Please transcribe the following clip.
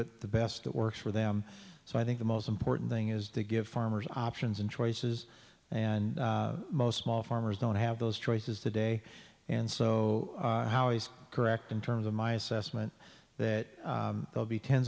it the best that works for them so i think the most important thing is to give farmers options and choices and most small farmers don't have those choices today and so how is correct in terms of my assessment that they'll be tens